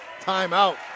timeout